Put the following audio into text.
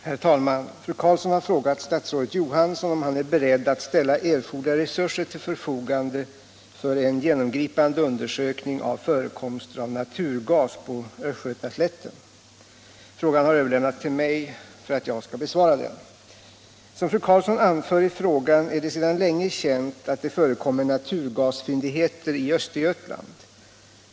Herr talman! Fru Karlsson har frågat statsrådet Johansson om han är beredd att ställa erforderliga resurser till förfogande för en genomgripande undersökning om förekomster av naturgas på Östgötaslätten. Frågan har överlämnats till mig för att jag skall besvara den. Som fru Karlsson anför i frågan är det sedan länge känt att det förekommer naturgasfyndigheter i Östergötland.